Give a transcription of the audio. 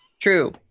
True